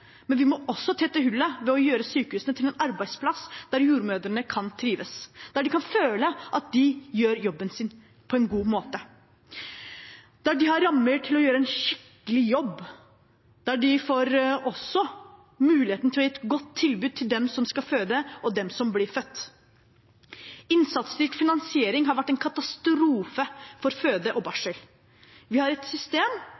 men vi må også tette hullet ved å gjøre sykehusene til en arbeidsplass der jordmødrene kan trives, der de kan føle at de gjør jobben sin på en god måte, der de har rammer til å gjøre en skikkelig jobb, og der de også får muligheten til å gi et godt tilbud til dem som skal føde, og dem som blir født. Innsatsstyrt finansiering har vært en katastrofe for føde og